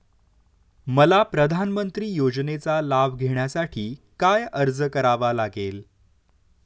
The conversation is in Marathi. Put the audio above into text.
मला प्रधानमंत्री योजनेचा लाभ घेण्यासाठी काय अर्ज करावा लागेल?